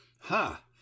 ha